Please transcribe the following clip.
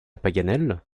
paganel